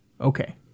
okay